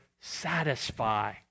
satisfy